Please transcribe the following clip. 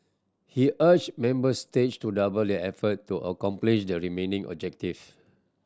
he urged member states to double their effort to accomplish the remaining objectives